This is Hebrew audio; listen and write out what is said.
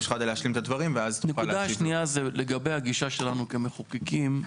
הנקודה השנייה, לגבי הגישה שלנו כמחוקקים.